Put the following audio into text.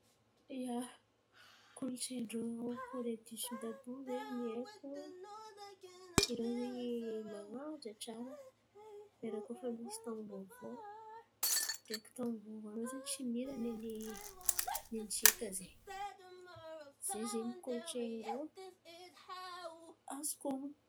Ia, kolontsain̈y n'rô Kore disidy àby io zen̈y ny haiko. Irô zen̈y man̈aja tsara lera koa fa misy taôno vôvô ndreky taôno voalohan̈y zen̈y. Tsy mira ny tsika zen̈y, zen̈y kolontsain̈y ndrô azoko honon̈o.